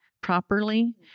properly